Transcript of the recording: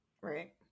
Right